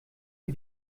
für